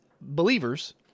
believers